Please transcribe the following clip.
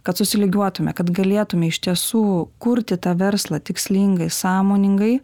kad susilygiuotitume kad galėtume iš tiesų kurti tą verslą tikslingai sąmoningai